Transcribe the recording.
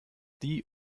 die